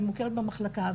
היא מוכרת במחלקה,